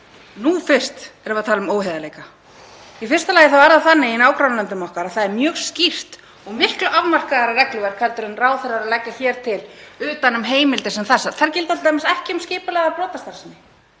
Nú fyrst erum við að tala um óheiðarleika. Í fyrsta lagi er það þannig í nágrannalöndum okkar að þar er mjög skýrt og miklu afmarkaðra regluverk en ráðherrar leggja hér til utan um heimildir sem þessar. Þær gilda t.d. ekki um skipulagða brotastarfsemi.